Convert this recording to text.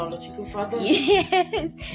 yes